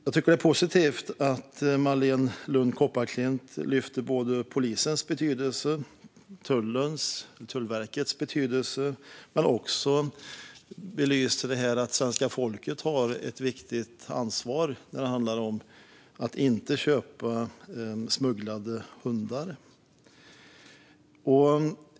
Jag tycker att det är positivt att Marléne Lund Kopparklint lyfter fram både polisens och Tullverkets betydelse men också belyser att svenska folket har ett viktigt ansvar att inte köpa smugglade hundar.